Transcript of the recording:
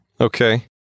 Okay